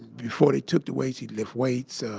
before they took the weights, he'd lift weights. ah,